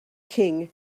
king